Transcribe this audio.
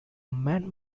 man